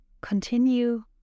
Continue